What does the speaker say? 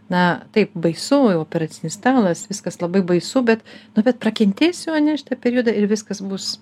na taip baisu i operacinis stalas viskas labai baisu bet nu bet prakentėsiu ane šitą periodą ir viskas bus